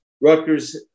Rutgers